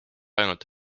ainult